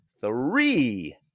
three